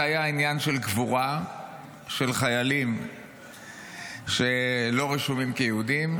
זה היה העניין של קבורה של חיילים שלא רשומים כיהודים,